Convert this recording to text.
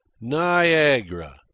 Niagara